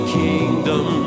kingdom